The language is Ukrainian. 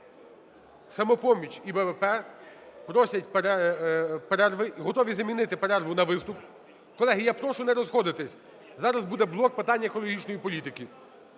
перерви. І готові замінити перерву на виступ. Колеги, я прошу не розходитися, зараз буде блок питань екологічної політики.